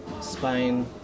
Spain